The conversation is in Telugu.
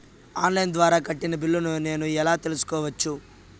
ఆన్ లైను ద్వారా కట్టిన బిల్లును నేను ఎలా తెలుసుకోవచ్చు?